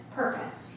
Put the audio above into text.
purpose